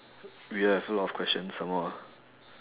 we have a lot of questions some more ah